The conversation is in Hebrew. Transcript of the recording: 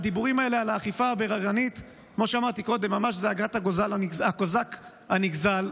שהדיבורים האלה על האכיפה הבררנית הם ממש זעקת הקוזק הנגזל,